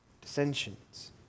dissensions